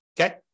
okay